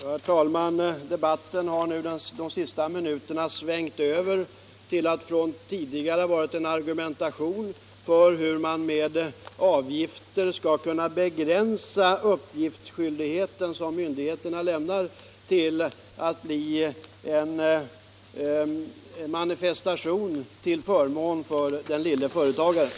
Herr talman! Debatten har under de sista minuterna svängt över från att tidigare ha varit en argumentation för hur man med avgifter skall kunna underlätta för företagen att fullgöra skyldigheten att lämna uppgifter till myndigheterna till att bli en manifestation till förmån för den lille företagaren.